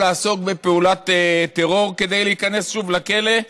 לעסוק בפעולת טרור כדי להיכנס שוב לכלא,